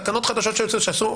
תקנות חדשות שיוצאות שעשו,